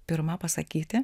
pirma pasakyti